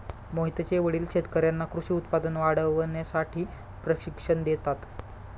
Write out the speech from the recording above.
मोहितचे वडील शेतकर्यांना कृषी उत्पादन वाढवण्यासाठी प्रशिक्षण देतात